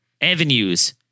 avenues